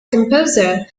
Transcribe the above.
composer